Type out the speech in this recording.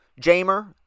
Jamer